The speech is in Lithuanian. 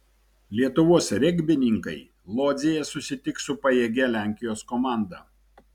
lietuvos regbininkai lodzėje susitiks su pajėgia lenkijos komanda